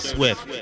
Swift